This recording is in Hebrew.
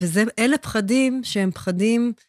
ואלה פחדים שהם פחדים.